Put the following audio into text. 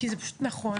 כי זה פשוט נכון